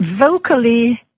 Vocally